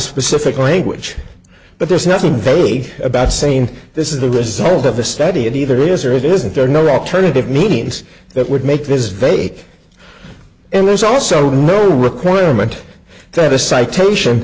specific language but there is nothing vague about saying this is the result of a study it either is or it isn't there are no alternative means that would make this fake and there's also no requirement that a citation